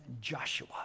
Joshua